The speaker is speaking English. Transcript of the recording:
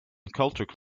cultural